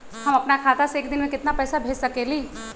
हम अपना खाता से एक दिन में केतना पैसा भेज सकेली?